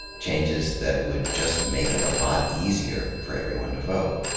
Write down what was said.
changes that would just make it a lot easier for everyone to vote.